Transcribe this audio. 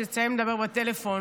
כשתסיים לדבר בטלפון,